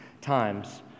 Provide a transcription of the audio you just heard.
times